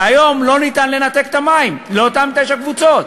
והיום אי-אפשר לנתק את המים לאותן תשע קבוצות.